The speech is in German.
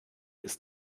ist